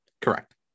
Correct